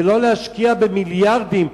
ולא להשקיע מיליארדים,